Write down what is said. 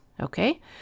okay